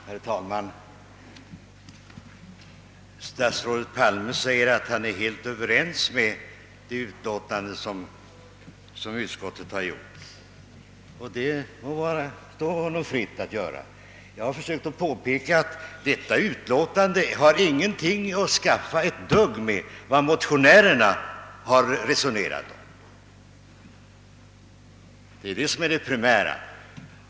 Herr talman! Statsrådet Palme säger att han är helt överens med det utlåtande som utskottet har avgivit, och det må stå honom fritt att vara det. Jag har försökt att påpeka att detta utlåtande inte har någonting alls att skaffa med vad motionärerna har resonerat om. Det är detta som är det primära.